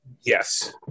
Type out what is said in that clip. yes